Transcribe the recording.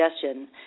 suggestion